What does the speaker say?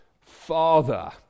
Father